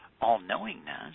all-knowingness